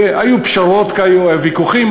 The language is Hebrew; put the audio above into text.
והיו פשרות כי היו ויכוחים.